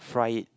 fry it